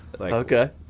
okay